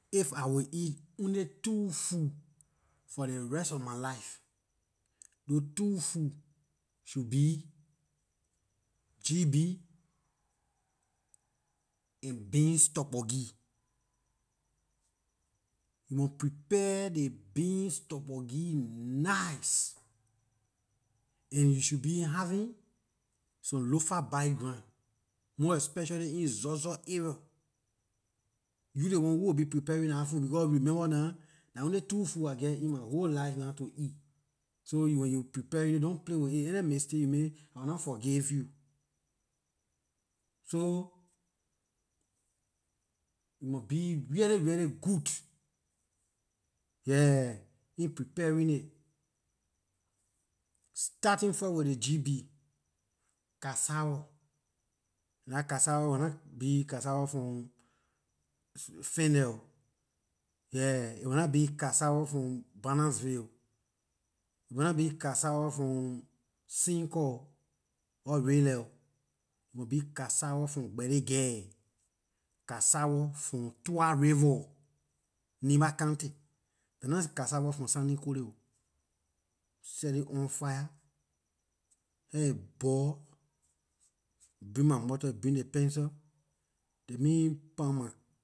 If I will eat only two food for ley rest of my life those two food should be gb and beans turborgee. You mon prepare ley beans turborgee nice and you should be having some lofa background, most especially in zorzor area. You ley one who will be preparing dah food because remember nah dah only two food I geh in my whole life nah to eat, so when you preparing it don't play with it any mistake you make I will not forgive you, so you mon be really really good, yeah in preparing it. Starting first with ley gb, cassava, and dah cassava mon nah be cassava from fendall oh, yeah, aay mon nah be cassava from barnesville oh, aay mon nah be cassava from sinkor oh or redlight oh. It mon be cassava from belegea, cassava from tuah river, nimba county, dah nah cassava from sanniequelle oh, set it on fire let it boil, bring my mortar bring ley pencil, ley me pound my